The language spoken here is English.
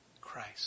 Christ